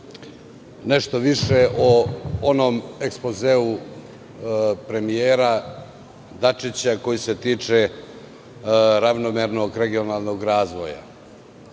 nešto više o onom ekspozeu premijera Dačića koji se tiče ravnomernog regionalnog razvoja.